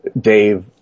Dave